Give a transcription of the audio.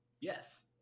Yes